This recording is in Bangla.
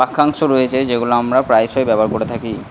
বাক্যাংশ রয়েছে যেগুলো আমরা প্রায়শই ব্যবহার করে থাকি